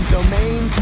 Domain